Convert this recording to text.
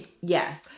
Yes